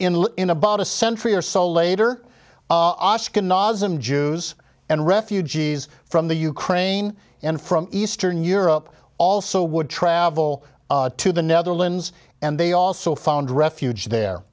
the in about a century or so later kenaz them jews and refugees from the ukraine and from eastern europe also would travel to the netherlands and they also found refuge there